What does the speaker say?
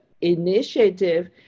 initiative